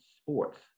sports